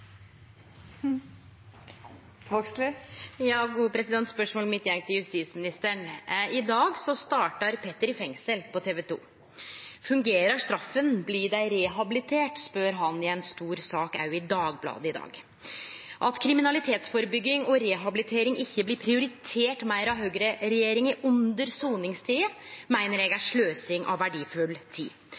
Spørsmålet mitt går til justisministeren. I dag startar «Petter i fengsel» på TV 2. Fungerer straffa? Blir dei rehabiliterte? Dette spør Petter om i ei stor sak i Dagbladet i dag. At kriminalitetsførebygging og rehabilitering under soningstida ikkje blir prioritert meir av høgreregjeringa, meiner eg er sløsing av verdifull tid.